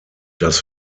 das